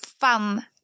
fun